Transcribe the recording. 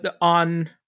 on